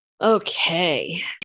Okay